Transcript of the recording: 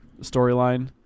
storyline